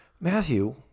Matthew